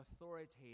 authoritative